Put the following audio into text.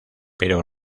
pero